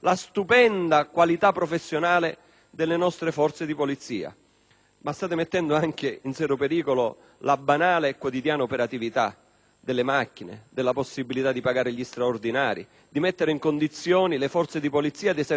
delle nostre forze di polizia. Ma in realtà state mettendo anche in serio pericolo la banale e quotidiana operatività delle macchine, la possibilità di pagare gli straordinari, di mettere in condizione le forze di polizia di esercitare quel controllo del territorio,